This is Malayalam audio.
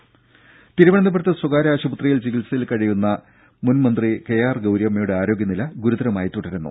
ദേദ തിരുവനന്തപുരത്ത് സ്വകാര്യ ആശുപത്രിയിൽ ചികിത്സയിൽ കഴിയുന്ന മുൻമന്ത്രി കെ ആർ ഗൌരിയമ്മയുടെ ആരോഗ്യനില ഗുരുതരമായി തുടരുന്നു